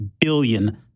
billion